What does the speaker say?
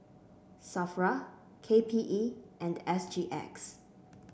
Safra K P E and S G X